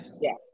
Yes